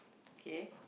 okay